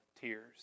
tears